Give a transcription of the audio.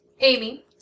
Amy